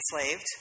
enslaved